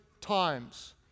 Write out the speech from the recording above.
times